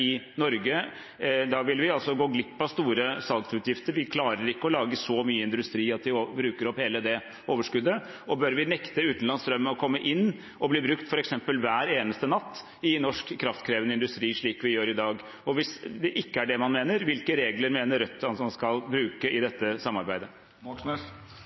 Norge? Da vil vi gå glipp av store salgsinntekter. Vi klarer ikke å lage så mye industri at vi bruker opp hele det overskuddet. Bør vi nekte utenlandsk strøm å komme inn og bli brukt, f.eks. hver eneste natt i norsk kraftkrevende industri, slik vi gjør i dag? Hvis det ikke er det man mener: Hvilke regler mener Rødt at man skal bruke i